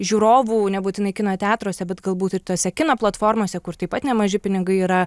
žiūrovų nebūtinai kino teatruose bet galbūt ir tose kino platformose kur taip pat nemaži pinigai yra